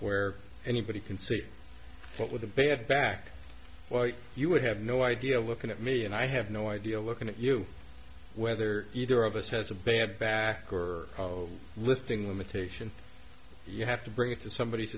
where anybody can see but with a bad back well you would have no idea look at me and i have no idea looking at you whether either of us has a bad back or lifting limitation you have to bring it to somebody